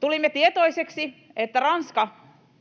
Tulimme tietoiseksi, että Ranska